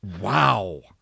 Wow